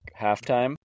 halftime